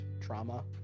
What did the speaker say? trauma